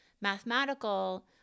mathematical